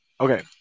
Okay